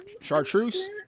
Chartreuse